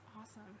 awesome